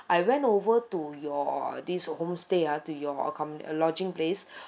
I went over to your this homestay ah to your accom~ lodging place